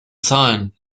zahlen